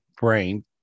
brain